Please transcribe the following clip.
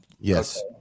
Yes